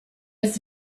was